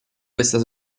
questa